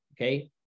okay